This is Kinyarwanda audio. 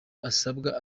asabwa